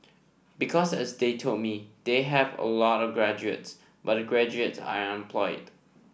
because as they told me they have a lot of graduates but the graduates are unemployed